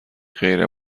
غیر